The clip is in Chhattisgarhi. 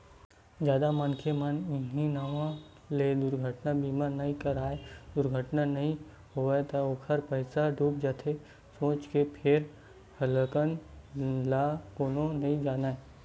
जादा मनखे मन इहीं नांव ले दुरघटना बीमा नइ कराय दुरघटना नइ होय त ओखर पइसा डूब जाथे सोच के फेर अलहन ल कोनो नइ जानय